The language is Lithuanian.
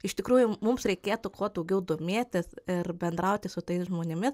iš tikrųjų mums reikėtų kuo daugiau domėtis ir bendrauti su tais žmonėmis